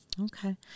Okay